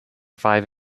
five